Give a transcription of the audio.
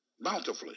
Bountifully